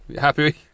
Happy